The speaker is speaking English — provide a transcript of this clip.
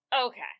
Okay